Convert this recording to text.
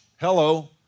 Hello